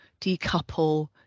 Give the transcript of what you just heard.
decouple